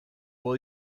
will